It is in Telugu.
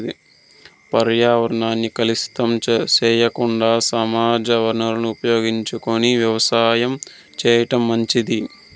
పర్యావరణాన్ని కలుషితం సెయ్యకుండా సహజ వనరులను ఉపయోగించుకొని వ్యవసాయం చేయటం మంచిది